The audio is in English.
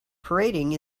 parading